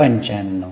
95